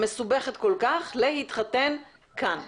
המסובכת כל כך, להתחתן כאן?